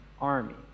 army